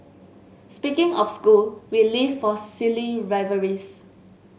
speaking of school we live for silly rivalries